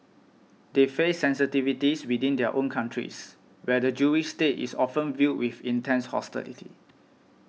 they face sensitivities within their own countries where the Jewish state is often viewed with intense hostility